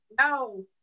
No